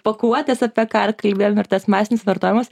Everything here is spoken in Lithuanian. pakuotės apie ką ir kalbėjome ir tas masinis vartojimas